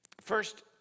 First